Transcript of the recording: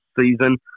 season